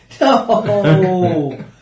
No